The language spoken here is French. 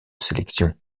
sélection